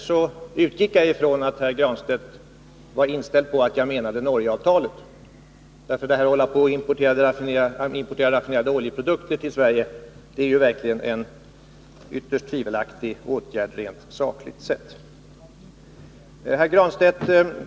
Herr talman! När jag använde uttrycket tvivelaktig affär utgick jag från att Pär Granstedt var inställd på att jag menade Norgeavtalet. Detta att importera raffinerade oljeprodukter till Sverige är verkligen en ytterst tvivelaktig åtgärd rent sakligt sett.